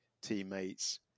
teammates